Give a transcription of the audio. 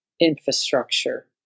infrastructure